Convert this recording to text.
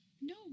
No